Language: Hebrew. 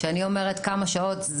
כשאני אומרת כמה שעות,